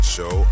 Show